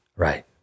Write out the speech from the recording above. Right